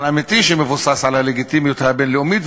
אמיתי שמבוסס על הלגיטימיות הבין-לאומית,